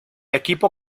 equipo